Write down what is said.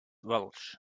welch